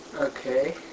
Okay